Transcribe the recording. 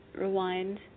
Rewind